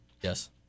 Yes